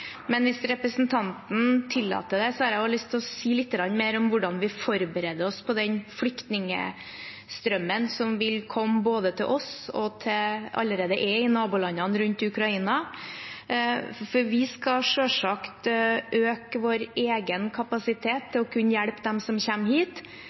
Men hvis representanten tillater det, har jeg også lyst til å si litt mer om hvordan vi forbereder oss på den flyktningstrømmen som vil komme til oss, og som allerede er i nabolandene rundt Ukraina. For vi skal selvsagt øke vår egen kapasitet